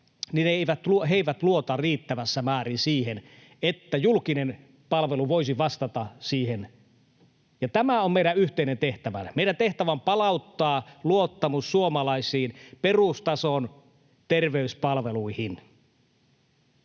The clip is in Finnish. he eivät luota riittävässä määrin siihen, että julkinen palvelu voisi vastata siihen, ja tämä on meidän yhteinen tehtävä. Meidän tehtävä on palauttaa luottamus suomalaisiin perustason terveyspalveluihin.